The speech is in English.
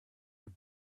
your